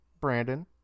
Brandon